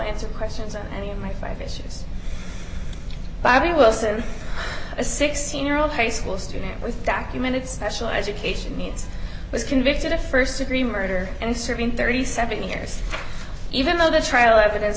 answer questions on any of my favorite scenes by wilson a sixteen year old high school student with documented special education needs was convicted of st degree murder and serving thirty seven years even though the trial evidence